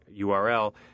URL –